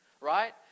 Right